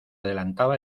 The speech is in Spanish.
adelantaba